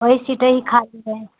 वही सीटें हीं खाली हैं